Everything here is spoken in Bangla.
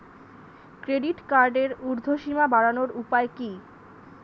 ক্রেডিট কার্ডের উর্ধ্বসীমা বাড়ানোর উপায় কি?